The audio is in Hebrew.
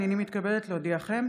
הינני מתכבדת להודיעכם,